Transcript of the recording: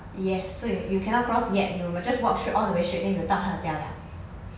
yes so you you cannot cross yet you just walk straight all the way straight then you will 到他家 liao